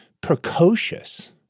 precocious